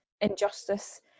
injustice